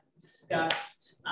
discussed